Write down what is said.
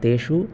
तेषु